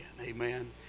Amen